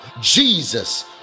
Jesus